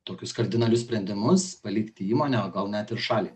tokius kardinalius sprendimus palikti įmonę o gal net ir šalį